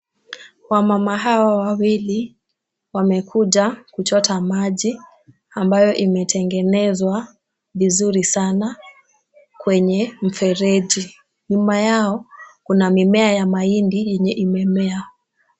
Wamama hawa wawili wamekuja kuchota maji ambayo imetengezwa vizuri sana kwenye mfereji. Nyuma yao kuna mimea ya mahindi yenye imemea.